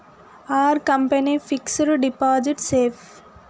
Are company fixed deposit safe?